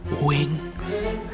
wings